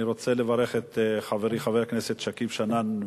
אני רוצה לברך את חברי חבר הכנסת שכיב שנאן,